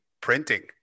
printing